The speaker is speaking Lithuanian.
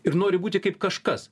ir nori būti kaip kažkas